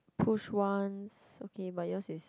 push once okay but yours is